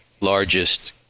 largest